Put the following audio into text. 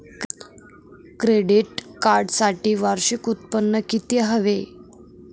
Credit कार्डसाठी वार्षिक उत्त्पन्न किती हवे?